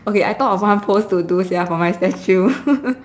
okay I thought of one pose to do sia for my statue